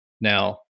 Now